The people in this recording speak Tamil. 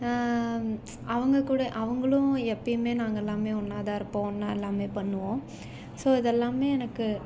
அவங்க கூட அவங்களும் எப்பயுமே நாங்கள் எல்லாமே ஒன்றா தான் இருப்போம் ஒன்றா எல்லாமே பண்ணுவோம் ஸோ இதெல்லாமே எனக்கு